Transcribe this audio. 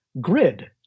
GRID